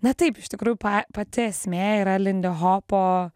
na taip iš tikrųjų pa pati esmė yra lindihopo